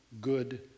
good